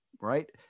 right